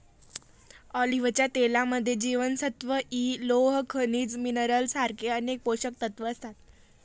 ऑलिव्हच्या तेलामध्ये जीवनसत्व इ, लोह, खनिज मिनरल सारखे अनेक पोषकतत्व असतात